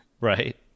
Right